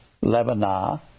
Lebanon